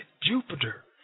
Jupiter